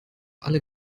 alle